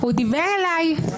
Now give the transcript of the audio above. הוא דיבר אליי.